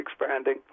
expanding